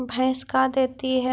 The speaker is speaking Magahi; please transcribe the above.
भैंस का देती है?